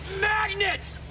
Magnets